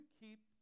keep